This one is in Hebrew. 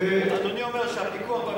האכיפה לא